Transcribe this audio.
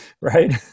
Right